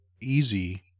easy